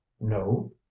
No